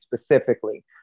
specifically